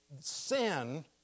sin